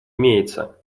имеется